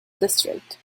district